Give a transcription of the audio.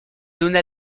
donna